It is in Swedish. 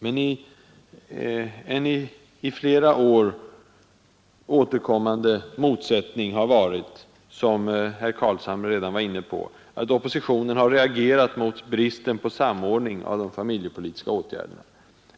Men enii flera år återkommande motsättning har, som herr Carlshamre redan berört, bestått i att oppositionen har reagerat mot bristen på samordning av de familjepolitiska åtgärderna.